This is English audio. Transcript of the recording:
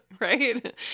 right